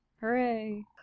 Hooray